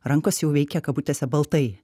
rankos jau veikia kabutėse baltai